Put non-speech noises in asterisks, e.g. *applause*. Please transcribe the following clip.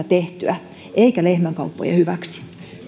*unintelligible* tehtyä ihmisten eikä lehmänkauppojen hyväksi